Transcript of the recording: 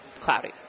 cloudy